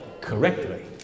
correctly